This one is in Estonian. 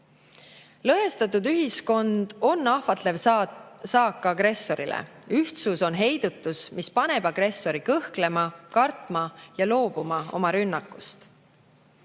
Lõhestatud ühiskond on ahvatlev saak agressorile. Ühtsus on heidutus, mis paneb agressori kõhklema, kartma ja loobuma oma rünnakust.